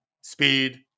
speed